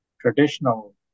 traditional